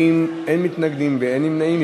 בעד, 40, אין מתנגדים ואין נמנעים.